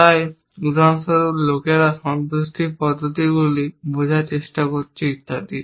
তাই উদাহরণস্বরূপ লোকেরা সন্তুষ্টির পদ্ধতিগুলি বোঝার চেষ্টা করেছে ইত্যাদি